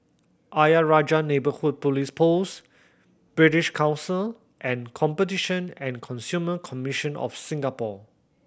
Ayer Rajah Neighbourhood Police Post British Council and Competition and Consumer Commission of Singapore